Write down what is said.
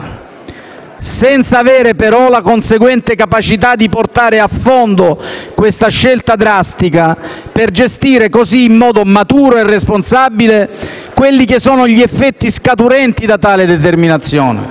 senza avere, però, la conseguente capacità di portare a fondo questa scelta drastica per gestire, così, in modo maturo e responsabile, gli effetti scaturenti da tale determinazione.